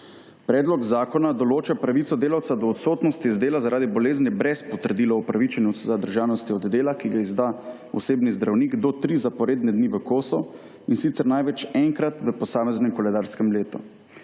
Predlog zakona določa pravico delavca do odsotnosti iz dela zaradi bolezni brez potrdila o opravičenosti, zadržanosti od dela, ki ga izda osebni zdravnik do tri zaporedne dni v kosu in sicer največ enkrat v posameznem koledarskem letu.